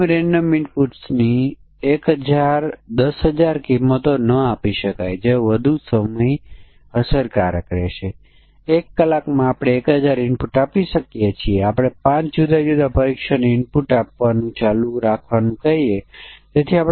તો અહીં જુઓ 12 એ if આ નિવેદન સાચું કરશે અને આગળનું if સ્ટેટમેન્ટ પણ સાચું છે તેવી જ રીતે 18 65 અને તેથી વધુ માટેનો કેસ છે